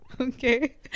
okay